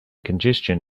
congestion